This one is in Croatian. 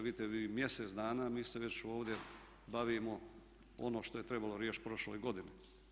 Vidite vi mjesec dana mi se već ovdje bavimo ono što je trebalo riješiti u prošloj godini.